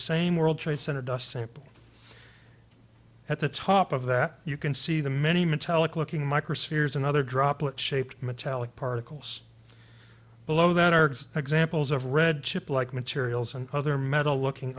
same world trade center dust samples at the top of that you can see the many metallic looking microspheres and other droplets shaped metallic particles below that are examples of red chip like materials and other metal looking